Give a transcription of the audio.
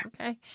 okay